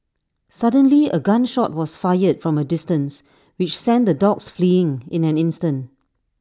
suddenly A gun shot was fired from A distance which sent the dogs fleeing in an instant